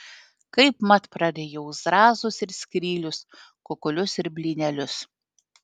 kaipmat prarijau zrazus ir skrylius kukulius ir blynelius